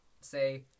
say